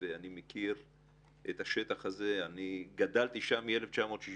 ואני מכיר את השטח, אני גדלתי שם מ-1962